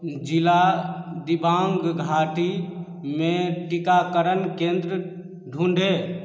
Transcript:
जिला दिबांग घाटी में टीकाकरण केंद्र ढूँढें